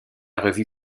revue